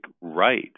right